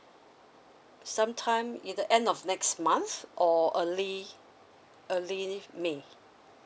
sometime either end of next month or early early may